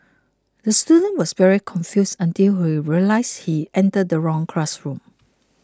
the student was very confused until he realised he entered the wrong classroom